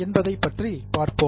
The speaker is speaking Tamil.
என்பதை பற்றி பார்ப்போம்